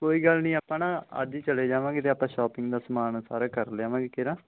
ਕੋਈ ਗੱਲ ਨਹੀਂ ਆਪਾਂ ਨਾ ਅੱਜ ਹੀ ਚਲੇ ਜਾਵਾਂਗੇ ਅਤੇ ਆਪਾਂ ਸ਼ੌਪਿੰਗ ਦਾ ਸਮਾਨ ਸਾਰੇ ਕਰ ਲਿਆਵਾਂਗੇ ਕੇਰਾਂ